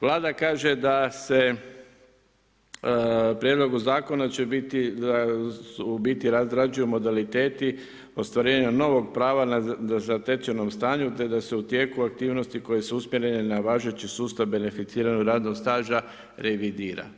Vlada kaže da se prijedlogu zakona će biti, u biti se razrađuju modaliteti, ostvarenje novog prava zatečenom stanju, te da su u tijeku aktivnosti koje su usmjerene na važeći sustav beneficiranog radnog staža revidira.